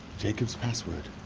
jacob's password